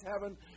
heaven